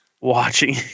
watching